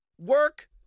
Work